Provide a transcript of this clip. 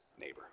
neighbor